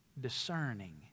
discerning